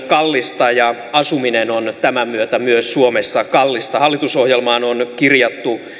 kallista ja asuminen on tämän myötä myös suomessa kallista hallitusohjelmaan on kirjattu